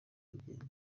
rugendo